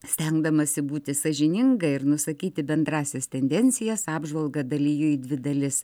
stengdamasi būti sąžininga ir nusakyti bendrąsias tendencijas apžvalgą dalijo į dvi dalis